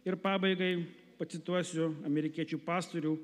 ir pabaigai pacituosiu amerikiečių pastorių